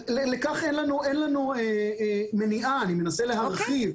אין לנו מניעה, אני מנסה להרחיב.